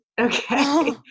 Okay